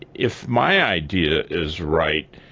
if my idea is right,